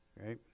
Right